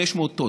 500 טונות,